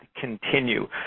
continue